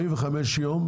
45 יום,